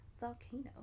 volcano